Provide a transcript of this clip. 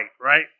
right